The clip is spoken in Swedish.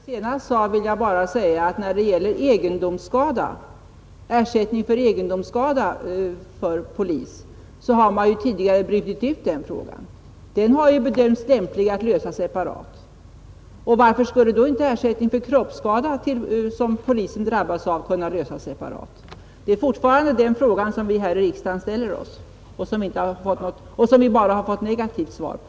Herr talman! Med anledning av vad herr statsrådet senast framhöll vill jag bara säga, att man tidigare har brutit ut frågan om ersättning till polis för egendomsskada. Den har alltså bedömts lämplig att lösa separat. Varför skulle då inte ersättning för kroppsskada, som polis drabbas av, kunna lösas separat? Det är den fråga som vi här i riksdagen fortfarande ställer oss och som vi bara har fått negativt svar på.